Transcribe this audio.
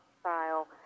style